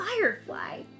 firefly